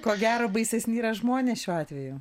ko gero baisesni yra žmonės šiuo atveju